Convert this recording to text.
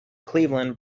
cleveland